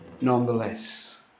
nonetheless